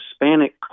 Hispanic